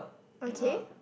okay